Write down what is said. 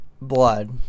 blood